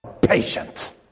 patient